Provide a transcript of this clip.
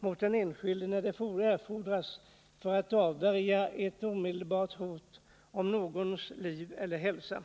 mot den enskilde när detta erfordras för att avvärja ett omedelbart hot mot någons liv eller hälsa.